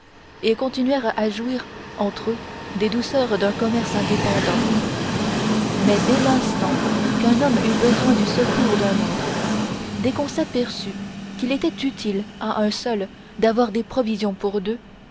et continuèrent à jouir entre eux des douceurs d'un commerce indépendant mais dès l'instant qu'un homme eut besoin du secours d'un autre dès qu'on s'aperçut qu'il était utile à un seul d'avoir des provisions pour deux